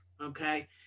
okay